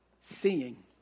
seeing